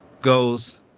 goes